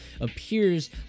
appears